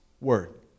word